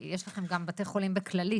יש לכם הרי גם בתי חולים בכללית,